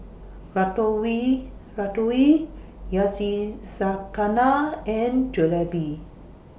Ratatouille Ratatouille and Jalebi